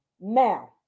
now